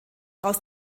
aus